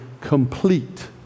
complete